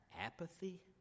apathy